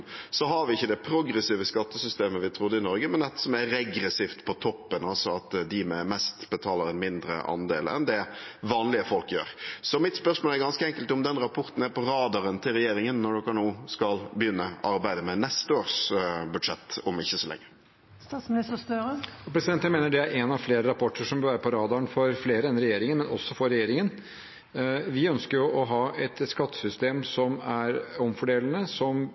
har vi ikke det progressive skattesystemet vi trodde vi hadde i Norge, men et som er regressivt på toppen, altså at de med mest betaler en mindre andel enn det vanlige folk gjør. Mitt spørsmål er ganske enkelt: Er den rapporten på radaren til regjeringen når man begynner arbeidet med neste års budsjett om ikke så lenge? Jeg mener det er en av flere rapporter som bør være på radaren til flere enn regjeringen, men også regjeringen. Vi ønsker å ha et skattesystem som er omfordelende, som